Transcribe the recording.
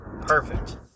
Perfect